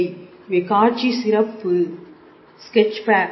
இவை காட்சி சிறப்பு ஸ்கெட்ச் பேக்